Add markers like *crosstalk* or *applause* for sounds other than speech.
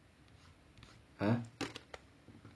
*noise*